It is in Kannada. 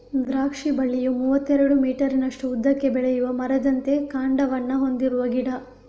ದ್ರಾಕ್ಷಿ ಬಳ್ಳಿಯು ಮೂವತ್ತೆರಡು ಮೀಟರಿನಷ್ಟು ಉದ್ದಕ್ಕೆ ಬೆಳೆಯುವ ಮರದಂತೆ ಕಾಂಡವನ್ನ ಹೊಂದಿರುವ ಗಿಡ